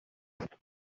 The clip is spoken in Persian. بود